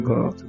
God